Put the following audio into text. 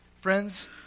Friends